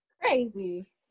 Crazy